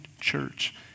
church